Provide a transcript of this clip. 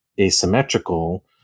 asymmetrical